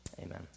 amen